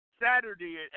Saturday